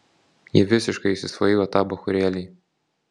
ji visiškai įsisvaigo tą bachūrėlį